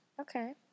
Okay